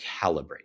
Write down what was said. calibrate